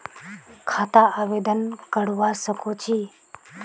खाता आवेदन करवा संकोची?